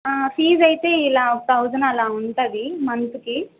fees అయితే ఇలా thousand అలా ఉంటుంది మంత్కి